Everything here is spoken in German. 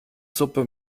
suppe